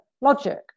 logic